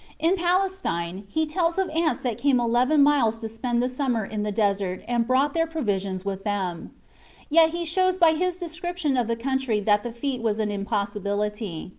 in palestine he tells of ants that came eleven miles to spend the summer in the desert and brought their provisions with them yet he shows by his description of the country that the feat was an impossibility.